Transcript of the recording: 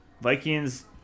Vikings